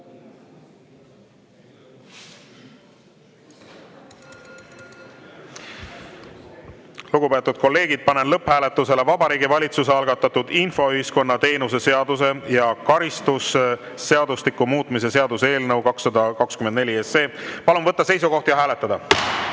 Lugupeetud kolleegid, panen lõpphääletusele Vabariigi Valitsuse algatatud infoühiskonna teenuse seaduse ja karistusseadustiku muutmise seaduse eelnõu 224. Palun võtta seisukoht ja hääletada!